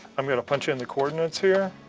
i'm going to punch in the coordinates here.